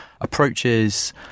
approaches